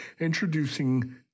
introducing